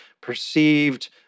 perceived